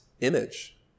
image